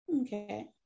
Okay